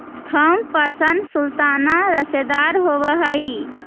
Thompson sultana रसदार होब हई